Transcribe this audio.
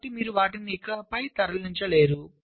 కాబట్టి మీరు వాటిని ఇకపై తరలించలేరు